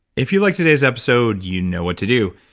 if you liked today's episode, you know what to do.